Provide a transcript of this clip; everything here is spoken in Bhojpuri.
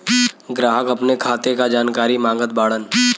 ग्राहक अपने खाते का जानकारी मागत बाणन?